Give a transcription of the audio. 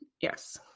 yes